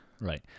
Right